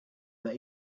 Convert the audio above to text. that